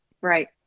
Right